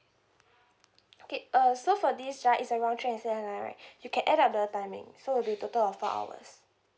okay uh so for this right is around airline right you can add the timing so will be total of four hours